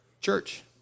Church